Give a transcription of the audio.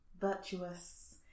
virtuous